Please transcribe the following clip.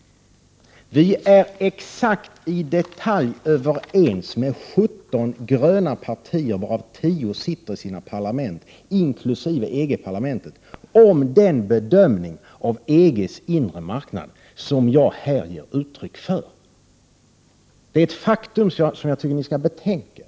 Vi är exakt i detalj överens med 17 gröna partier — varav 10 sitter i parlamenten, inkl. EG-parlamentet — om den bedömning av EG:s inre marknad som jag här ger uttryck för. Detta är ett faktum som jag tycker att ni skall betänka.